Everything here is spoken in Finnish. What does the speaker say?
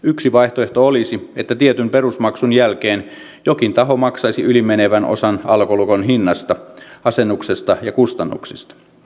yksi vaihtoehto olisi että tietyn perusmaksun jälkeen jokin taho maksaisi yli menevän osan alkolukon hinnasta asennuksesta ja kustannuksista